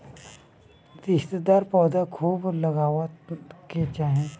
रेशेदार पौधा खूब लगावे के चाही